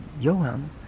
Johan